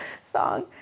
song